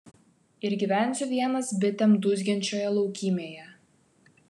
ir gyvensiu vienas bitėm dūzgiančioje laukymėje